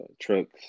trucks